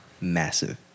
massive